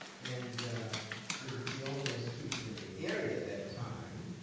and it was the only institution in the area at that time,